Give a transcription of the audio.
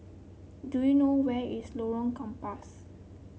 do you know where is Lorong Gambas